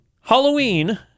halloween